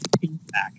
feedback